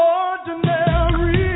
ordinary